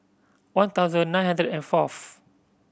one thousand nine hundred and fourth